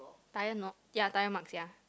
tire no ya tire mark sia